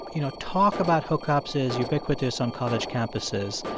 you know, talk about hookups is ubiquitous on college campuses,